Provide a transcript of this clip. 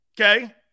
okay